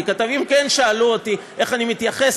כי כתבים כן שאלו אותי איך אני מתייחס